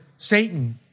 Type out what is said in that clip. Satan